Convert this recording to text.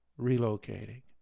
relocating